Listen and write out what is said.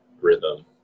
rhythm